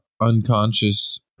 unconscious